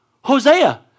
Hosea